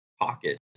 pocket